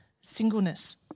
singleness